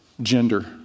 gender